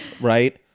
right